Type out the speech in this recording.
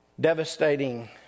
devastating